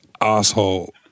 asshole